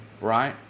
right